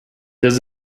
does